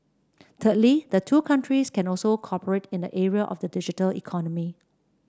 thirdly the two countries can also cooperate in the area of the digital economy